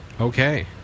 Okay